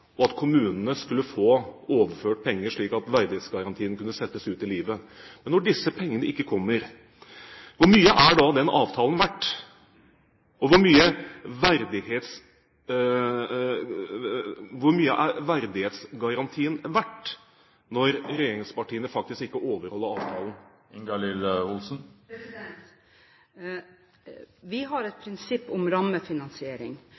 og at kommunene skulle få overført penger, slik at verdighetsgarantien kunne settes ut i livet. Men når disse pengene ikke kommer, hvor mye er da den avtalen verdt? Og hvor mye er verdighetsgarantien verdt når regjeringspartiene faktisk ikke overholder avtalen? Vi har et